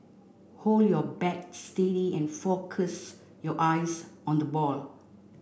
hold your bat steady and focus your eyes on the ball